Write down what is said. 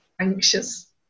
anxious